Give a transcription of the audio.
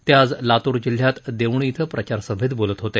ते आज लातूर जिल्ह्यात देवणी शिं प्रचारसभेत बोलत होते